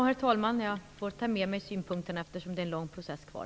Herr talman! Jag får ta med mig de synpunkterna, eftersom det är en lång process kvar.